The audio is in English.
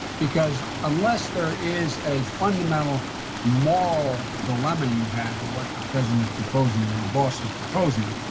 because unless there is a fundamental moral dilemma you have of what a president is proposing, your boss is proposing,